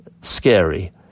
scary